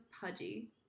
pudgy